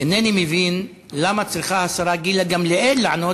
אינני מבין למה צריכה השרה גילה גמליאל לענות